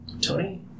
Tony